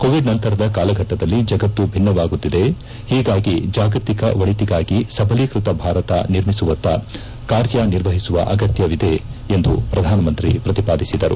Covid ನಂತರದ ಕಾಲಘಟ್ಟದಲ್ಲಿ ಜಗತ್ತು ಭಿನ್ನವಾಗುತ್ತಿದೆ ಹೀಗಾಗಿ ಜಾಗತಿಕ ಒಳಿತಿಗಾಗಿ ಸಬಲೀಕೃತ ಭಾರತ ನಿರ್ಮಿಸುವತ್ತ ಕಾರ್ಯನಿರ್ವಹಿಸುವ ಅಗತ್ಯ ಇದೆ ಎಂದು ಪ್ರಧಾನಮಂತ್ರಿ ಪ್ರತಿಪಾದಿಸಿದರು